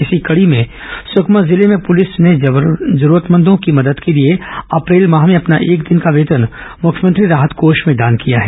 इसी कड़ी में सुकमा जिले में पुलिस ने जरूरतमंदों की मदद के लिए अप्रैल माह में अपना एक दिन का वेतन मुख्यमंत्री राहत कोष में दान किया है